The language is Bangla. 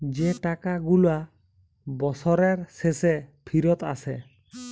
যে টাকা গুলা বসরের শেষে ফিরত আসে